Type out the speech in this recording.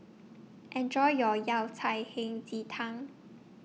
Enjoy your Yao Cai Hei Ji Tang